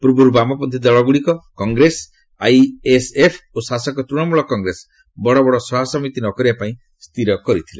ପୂର୍ବରୁ ବାମପନ୍ଥୀ ଦଳଗୁଡ଼ିକ କଂଗ୍ରେସ ଆଇଏସ୍ଏଫ୍ ଓ ଶାସକ ତୂଣମୂଳ କଂଗ୍ରେସ ବଡବଡ ସଭାସମିତି ନକରିବା ପାଇଁ ସ୍ଥିର କରିଥିଲେ